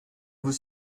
vous